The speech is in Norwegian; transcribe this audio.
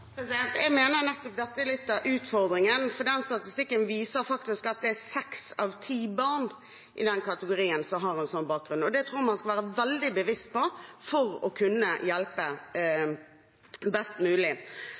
Jeg mener nettopp dette er litt av utfordringen, for den statistikken viser faktisk at det er seks av ti barn i den kategorien som har en slik bakgrunn. Det tror jeg man skal være veldig bevisst på for å kunne hjelpe best mulig.